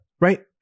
right